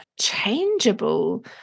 changeable